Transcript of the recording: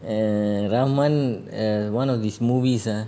and ரகுமான்:ragumaan (err)one of his movies ah